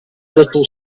little